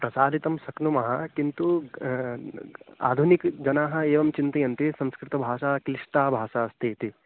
प्रसादितुं शक्नुमः किन्तु आधुनिकजनाः एवं चिन्तयन्ति संस्कृतभाषा क्लिष्टा भाषास्ति इति